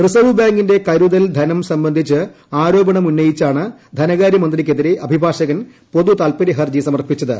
reserve ബാങ്കിന്റെ ക്ട്രൂതൽ ധനം സംബന്ധിച്ച് ആരോപണമുന്നയിച്ചാണ് ധനക്ട്രരൃമ്പ്തിക്കെതിരെ അഭിഭാഷകൻ പൊതുതാൽപര്യ ഹർജി സൂമർപ്പിച്ചത്